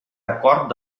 acord